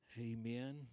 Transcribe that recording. Amen